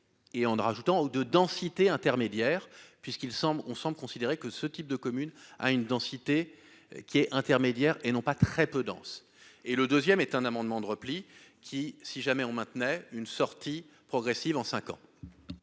et on aura ajoutant ou de densité intermédiaire puisqu'il semble, on semble considérer que ce type de communes à une densité qui est intermédiaire et non pas très peu dense, et le deuxième est un amendement de repli qui, si jamais on maintenait une sortie progressive en 5 ans.